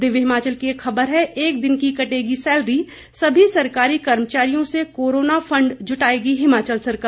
दिव्य हिमाचल की एक खबर है एक दिन की कटेगी सैलरी सभी सरकारी कर्मचारियों से कोरोना फंड जुटाएगी हिमाचल सरकार